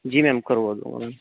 जी ma'am करवा दूंगा ma'am